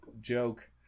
joke